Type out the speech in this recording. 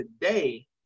today